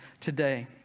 today